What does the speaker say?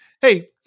hey